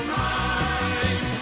mind